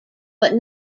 but